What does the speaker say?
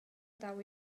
dau